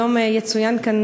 היום יצוין כאן,